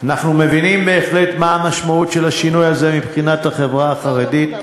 אנחנו מבינים מה המשמעות של השינוי הזה מבחינת החברה החרדית,